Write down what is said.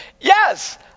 Yes